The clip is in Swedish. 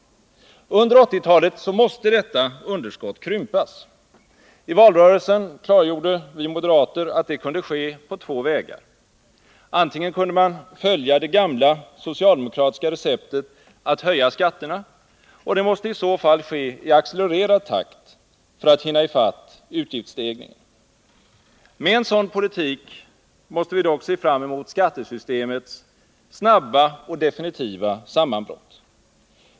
Under 1980-talet måste detta underskott krympas. I valrörelsen klargjorde vi moderater att det kan ske på två vägar. Antingen kan man följa det gamla socialdemokratiska receptet att höja skatterna, och det måste i så fall ske i accelererad takt för att vi skall hinna ifatt utgiftsstegringen. Med en sådan politik måste vi dock se fram emot skattesystemets snabba och definitiva sammanbrott.